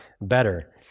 better